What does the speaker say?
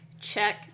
check